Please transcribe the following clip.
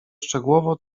szczegółowo